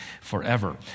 forever